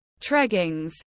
treggings